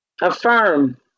Affirm